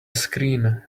screen